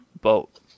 boat